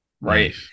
right